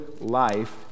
life